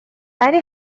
ولی